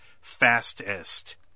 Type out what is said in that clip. fastest